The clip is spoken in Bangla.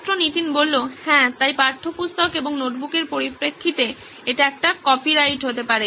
ছাত্র নীতিন হ্যাঁ তাই পাঠ্যপুস্তক এবং নোটবুকের পরিপ্রেক্ষিতে এটি একটি কপিরাইট হতে পারে